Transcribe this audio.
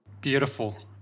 beautiful